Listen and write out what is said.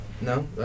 No